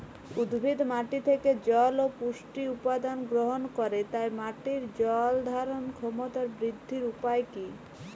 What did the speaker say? উদ্ভিদ মাটি থেকে জল ও পুষ্টি উপাদান গ্রহণ করে তাই মাটির জল ধারণ ক্ষমতার বৃদ্ধির উপায় কী?